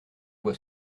voit